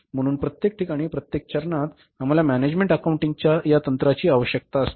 म्हणून प्रत्येक ठिकाणी प्रत्येक चरणात आम्हाला मॅनेजमेंट अकाउंटिंगच्या या तंत्रांची आवश्यकता असते